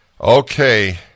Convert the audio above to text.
Okay